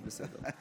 אבל בסדר.